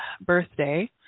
birthday